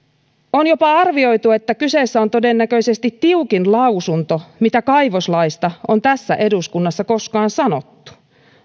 on jopa arvioitu että kyseessä on todennäköisesti tiukin lausunto mitä kaivoslaista on tässä eduskunnassa koskaan sanottu